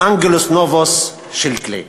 "אנגלוס נובוס" של קליי.